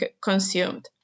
consumed